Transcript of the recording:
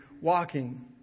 walking